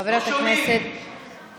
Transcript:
חברת הכנסת, לא שומעים.